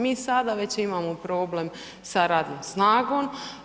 Mi sada već imamo problem sa radnom snagom.